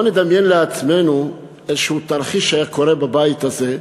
בוא נדמיין לעצמנו איזשהו תרחיש שהיה קורה בבית הזה.